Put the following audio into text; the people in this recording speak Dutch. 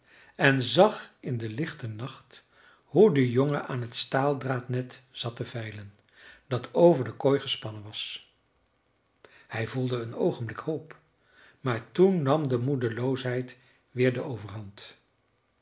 en zag in den lichten nacht hoe de jongen aan het staaldraadnet zat te vijlen dat over de kooi gespannen was hij voelde een oogenblik hoop maar toen nam de moedeloosheid weer de overhand